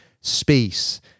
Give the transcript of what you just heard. space